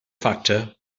factor